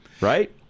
right